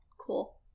cool